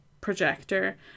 projector